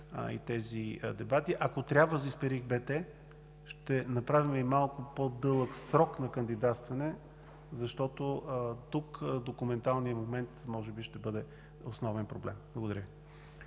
и тези дебати. Ако трябва, за „Исперих-БТ“ ще направим и малко по-дълъг срок за кандидатстване, защото тук документалният момент може би ще бъде основен проблем. Благодаря